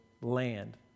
land